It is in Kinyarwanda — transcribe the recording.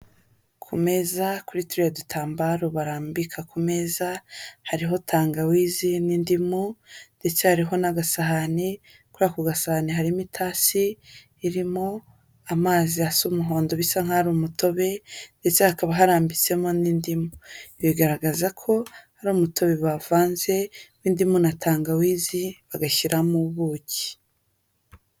Ku meza, kuri turiya dutambaro barambika ku meza, hariho tangawizi n'indimu, ndetse hariho n'agasahani, kuri ako gasahani harimo itasi irimo, amazi asa umuhondo bisa nkaho ari umutobe, ndetse hakaba harambitsemo n'indimu. Bigaragaza ko ari umutobe bavanze n'indimu na tangawizi, bagashyiramo ubuki.